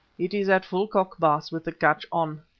it is at full cock, baas, with the catch on,